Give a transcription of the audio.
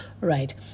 right